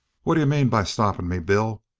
what d'you mean by stopping me, bill?